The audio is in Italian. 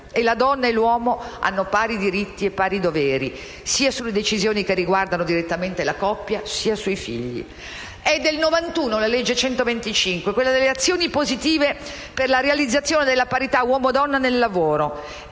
e la donna e l'uomo hanno pari diritti e pari doveri, sia sulle decisioni che riguardano direttamente la coppia, sia sui figli. È del 1991 la legge n. 125 sulle azioni positive per la realizzazione della parità uomo-donna nel lavoro,